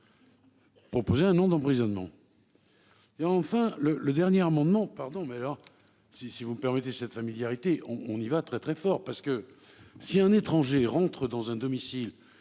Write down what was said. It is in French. Proposer un an d'emprisonnement. Et enfin le le dernier amendement pardon mais alors si si vous me permettez cette familiarité, on, on y va très très fort parce que si un étranger rentre dans un domicile